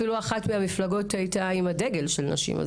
אחת מהמפלגות הייתה עם הדגל של נשים,